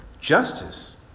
Justice